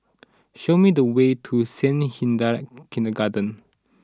show me the way to Saint Hilda's Kindergarten